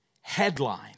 headline